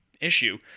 Issue